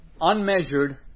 unmeasured